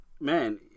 man